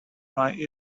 why